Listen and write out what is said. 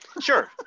Sure